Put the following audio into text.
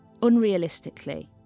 unrealistically